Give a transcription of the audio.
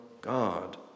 God